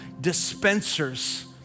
dispensers